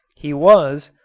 he was,